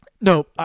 No